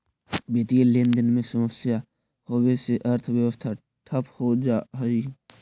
वित्तीय लेनदेन में समस्या होवे से अर्थव्यवस्था ठप हो जा हई